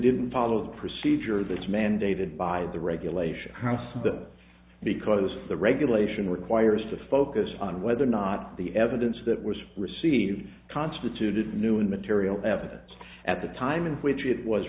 didn't follow the procedure that is mandated by the regulation house that because the regulation requires to focus on whether or not the evidence that was received constituted a new and material evidence at the time in which it was